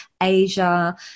Asia